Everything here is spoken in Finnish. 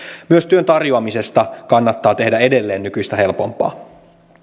myös työn tarjoamisesta kannattaa tehdä edelleen nykyistä helpompaa